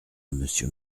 monsieur